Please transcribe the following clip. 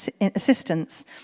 assistance